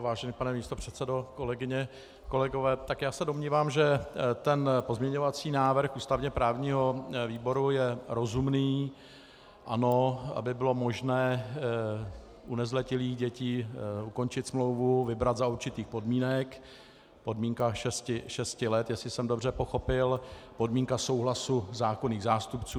Vážený pane místopředsedo, kolegyně, kolegové, já se domnívám, že pozměňovací návrh ústavněprávního výboru je rozumný, ano, aby bylo možné u nezletilých dětí ukončit smlouvu, vybrat za určitých podmínek podmínka šesti let, jestli jsem dobře pochopil, podmínka souhlasu zákonných zástupců.